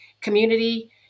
community